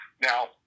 now